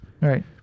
right